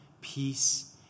peace